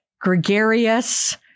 gregarious